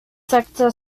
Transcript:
sector